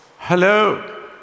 Hello